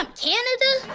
um canada?